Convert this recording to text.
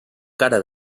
cara